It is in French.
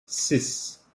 six